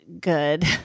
good